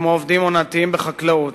כמו עובדים עונתיים בחקלאות,